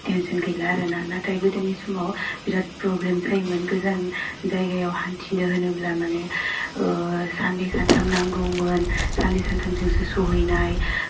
tension गैला आरोना नाथाय गोदोनि समाव बिराद प्रब्लेम जायोमोन गोजान जायगायाव हान्थिनो होनोब्ला माने साननै सानथाम नांगौमोन साननै सानथामजोंसो सहैनाय